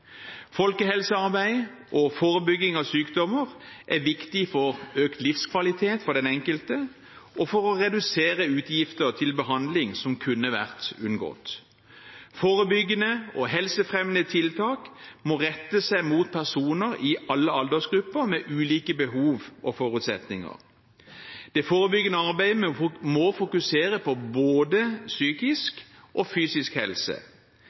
Folkehelsearbeid og forebygging av sykdommer er viktig for økt livskvalitet for den enkelte og for å redusere utgifter til behandling som kunne vært unngått. Forebyggende og helsefremmende tiltak må rette seg mot personer i alle aldersgrupper med ulike behov og forutsetninger. Det forebyggende arbeidet må fokusere på både psykisk og fysisk helse.